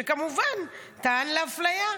שכמובן טען לאפליה.